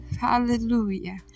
Hallelujah